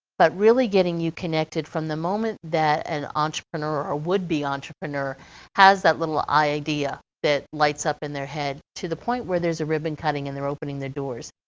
but really getting you connected from the moment that an entrepreneur or would be entrepreneur has that little idea that lights up in their head, to the point where there's a ribbon cutting and they're opening their doors,